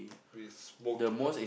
we smoked